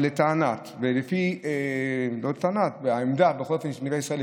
אבל לפי העמדה של נתיבי ישראל,